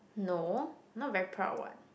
no not very proud what